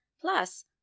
Plus